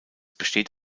besteht